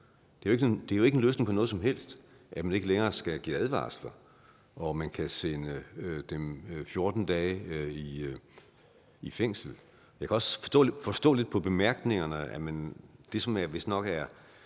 Det er ikke en løsning på noget som helst, at man ikke længere skal give advarsler, og at man kan sende dem 14 dage i fængsel. Jeg kan også forstå lidt på bemærkningerne til